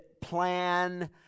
plan